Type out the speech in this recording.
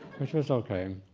which is okay,